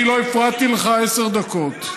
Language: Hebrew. אני לא הפרעתי לך עשר דקות.